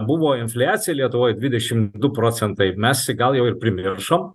buvo infliacija lietuvoj dvidešimt du procentai mes jį gal jau ir primiršom